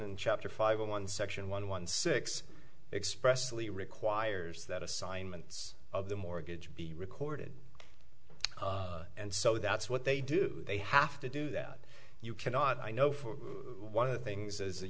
and chapter five one section one one six expressly requires that assignments of the mortgage be recorded and so that's what they do they have to do that you cannot i know for one of the things is that